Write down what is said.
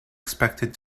expected